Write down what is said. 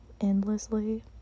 endlessly